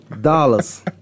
Dollars